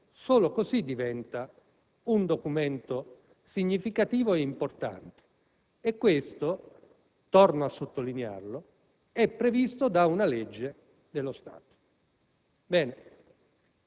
solo così diventa un documento significativo e importante. E questo, torno a sottolinearlo, è previsto da una legge dello Stato. Ebbene,